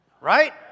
right